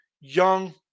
Young